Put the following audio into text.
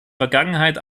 vergangenheit